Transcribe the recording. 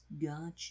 Gotcha